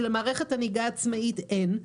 שלמערכת הנהיגה העצמאית אין,